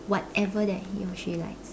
whatever that he or she likes